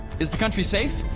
is the country safe?